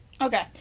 Okay